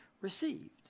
received